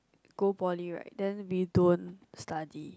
go poly right then we don't study